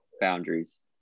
boundaries